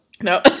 No